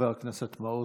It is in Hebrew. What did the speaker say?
חבר הכנסת מעוז,